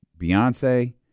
Beyonce